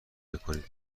میکنیم